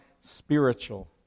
spiritual